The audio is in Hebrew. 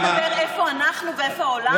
אתה רוצה לדבר על איפה אנחנו ואיפה העולם?